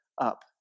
up